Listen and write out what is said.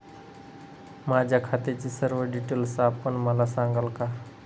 माझ्या खात्याचे सर्व डिटेल्स आपण मला सांगाल का?